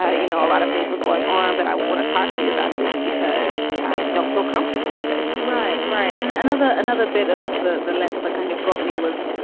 ah you know, a lot of things were going on. but i want to talk to you about this because i don't feel comfortable with this right. right. and another another bit of the the less of a kind of got me was,